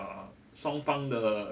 uh 双方的